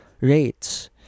rates